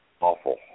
awful